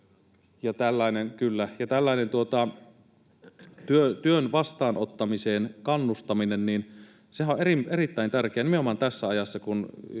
työn vastaanottamiseen kannustaminenhan on erittäin tärkeää nimenomaan tässä ajassa,